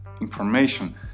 information